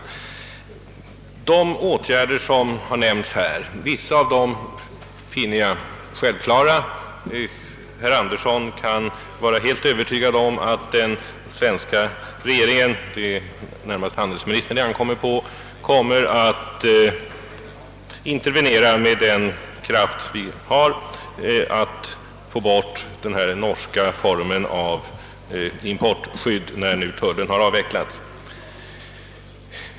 Jag finner vissa av de åtgärder som nämnts här självklara. Herr Andersson i Örebro kan vara helt övertygad om att den svenska regeringen — närmast handelsministern i detta fall — kommer att intervenera med tillgänglig kraft för att när nu tullen har avvecklats få bort denna norska form av importskydd.